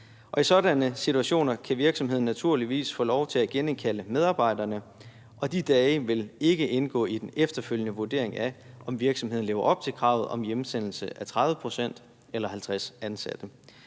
i sådanne situationer kan virksomheden naturligvis få lov til at genindkalde medarbejderne, og de dage vil ikke indgå i den efterfølgende vurdering af, om virksomheden lever op til kravet om hjemsendelse af 30 pct. eller 50 ansatte.